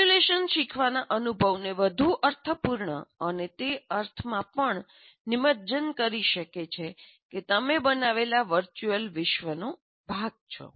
simulation શીખવાના અનુભવને વધુ અર્થપૂર્ણ અને તે અર્થમાં પણ નિમજ્જન કરી શકે છે કે તમે બનાવેલા વર્ચુઅલ વિશ્વનો ભાગ છો